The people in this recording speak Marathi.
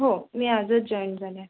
हो मी आजच जॉईन झाले आहे